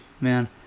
man